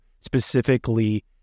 specifically